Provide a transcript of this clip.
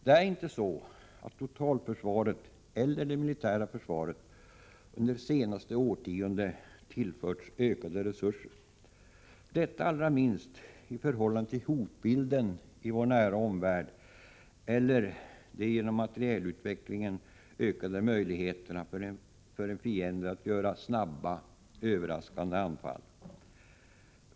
Det är inte så att totalförsvaret eller det militära försvaret under senaste årtiondet tillförts ökade resurser — detta allra minst i förhållande till hotbilden i vår nära omvärld och de genom materielutvecklingen ökade möjligheterna för en fiende att göra snabba överraskande anfall.